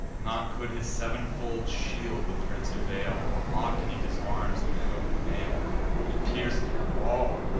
naught could his sev'nfold shield the prince avail, nor aught, beneath his arms, the coat of mail it pierc'd thro' all,